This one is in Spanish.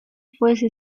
fuese